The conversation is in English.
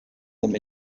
them